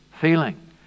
feeling